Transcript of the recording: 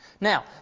Now